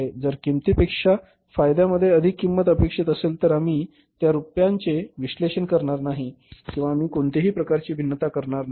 जर किंमतीपेक्षा फायद्यापेक्षा अधिक किंमत अपेक्षित असेल तर आम्ही त्या रूप्यांचे विश्लेषण करणार नाही किंवा आम्ही कोणत्याही प्रकारची भिन्नता करणार नाही